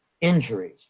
injuries